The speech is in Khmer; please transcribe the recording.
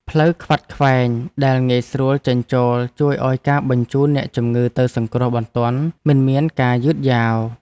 ផ្លូវខ្វាត់ខ្វែងដែលងាយស្រួលចេញចូលជួយឱ្យការបញ្ជូនអ្នកជំងឺទៅសង្គ្រោះបន្ទាន់មិនមានការយឺតយ៉ាវ។